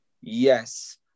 yes